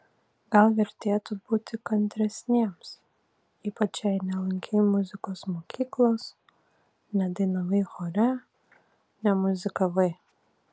gal vertėtų būti kantresniems ypač jei nelankei muzikos mokyklos nedainavai chore nemuzikavai